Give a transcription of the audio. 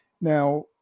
Now